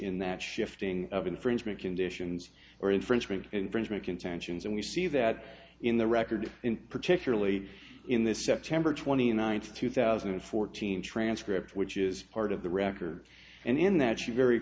in that shifting of infringement conditions or infringement infringement contentions and we see that in the record in particularly in this september twenty ninth two thousand and fourteen transcript which is part of the record and in that she very